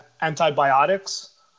antibiotics